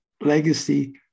Legacy